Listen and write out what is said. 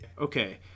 okay